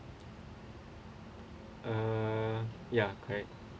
err ya right